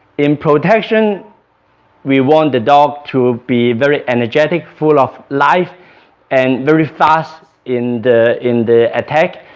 in protection we want the dog to ah be very energetic full of life and very fast in the in the attack